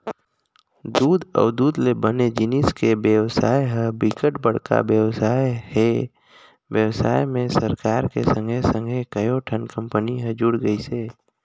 दूद अउ दूद ले बने जिनिस के बेवसाय ह बिकट बड़का बेवसाय हे, बेवसाय में सरकार के संघे संघे कयोठन कंपनी हर जुड़ गइसे